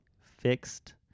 fixed